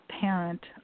parent